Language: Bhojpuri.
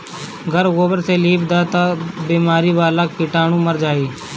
घर गोबर से लिप दअ तअ सब बेमारी वाला कीटाणु मर जाइ